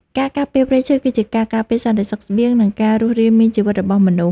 ការការពារព្រៃឈើ គឺជាការការពារសន្តិសុខស្បៀង និងការរស់រានមានជីវិតរបស់មនុស្ស។